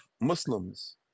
Muslims